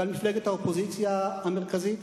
ועל מפלגת האופוזיציה המרכזית,